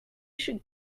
should